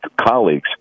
colleagues